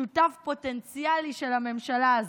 שותף פוטנציאלי של הממשלה הזו?